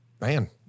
man